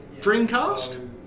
Dreamcast